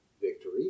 Victory